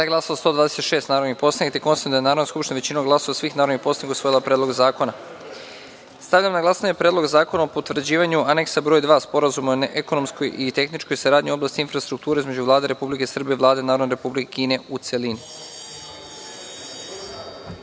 zakona. Stavljam na glasanje Predlog zakona o potvrđivanju Aneksa br. 2 Sporazuma o ekonomskoj i tehničkoj saradnji u oblasti infrastrukture između Vlade Republike Srbije i Vlade Narodne Republike Kine, u celini. Molim